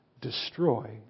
destroy